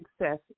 success